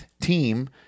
team